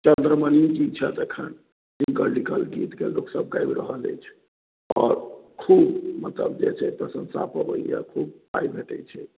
चन्द्रमणी जी छथि एखन जिनकर लिखल गीत सबकेँ लोक एखन गाबि रहल अछि आओर खूब मतलब जे छै प्रसंशा पबैया खूब पाय भेटैत छै